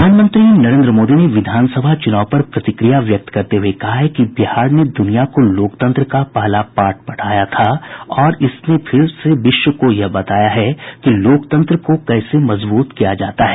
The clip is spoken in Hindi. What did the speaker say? प्रधानमंत्री नरेन्द्र मोदी ने विधानसभा चूनाव पर प्रतिक्रिया व्यक्त करते हये कहा है कि बिहार ने दुनिया को लोकतंत्र का पहला पाठ पढ़ाया था और आज इसने फिर विश्व को यह बताया है कि लोकतंत्र को कैसे मजबूत किया जा सकता है